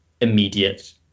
immediate